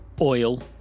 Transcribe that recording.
oil